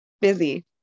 busy